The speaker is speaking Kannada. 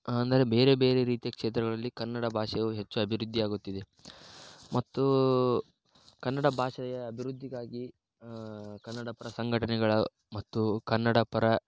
ಅಂದರೆ ಬೇರೆ ಬೇರೆ ರೀತಿಯ ಕ್ಷೇತ್ರಗಳಲ್ಲಿ ಕನ್ನಡ ಭಾಷೆಯು ಹೆಚ್ಚು ಅಭಿವೃದ್ಧಿ ಆಗುತ್ತಿದೆ ಮತ್ತು ಕನ್ನಡ ಭಾಷೆಯ ಅಭಿವೃದ್ದಿಗಾಗಿ ಕನ್ನಡ ಪರ ಸಂಘಟನೆಗಳು ಮತ್ತು ಕನ್ನಡ ಪರ